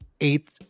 eighth